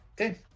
Okay